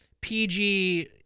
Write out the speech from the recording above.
PG